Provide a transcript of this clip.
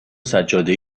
سجاده